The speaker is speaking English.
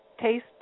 taste